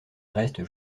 reste